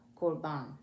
korban